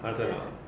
!huh! 真的 uh